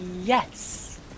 yes